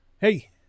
Hey